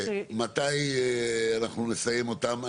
מתי אנחנו נסיים אותם?